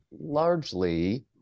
largely